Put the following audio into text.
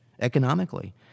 economically